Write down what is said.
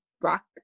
rock